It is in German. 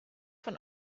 von